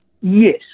Yes